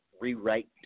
rewrite